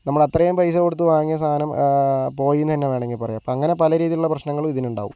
നമ്മൾ അത്രയും പൈസ കൊടുത്ത് വാങ്ങിയ സാധനം പോയിയെന്ന് തന്നെ വേണമെങ്കിൽ പറയാം അപ്പോൾ അങ്ങനെ പല രീതിയിലുള്ള പ്രശ്നങ്ങളും ഇതിന് ഉണ്ടാകും